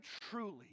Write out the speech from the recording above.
truly